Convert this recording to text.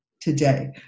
today